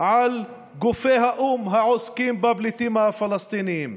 על גופי האו"ם העוסקים בפליטים הפלסטינים.